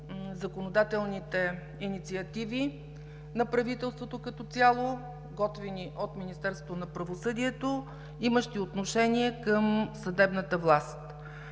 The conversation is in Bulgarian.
законодателните инициативи на правителството, готвени от Министерството на правосъдието, имащи отношение към съдебната власт.